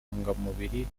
ntungamubiri